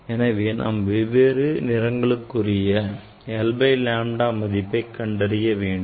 எனவே நாம் வெவ்வேறு நிறங்களுக்குரிய 1 by lambda மதிப்பை கண்டறிய வேண்டும்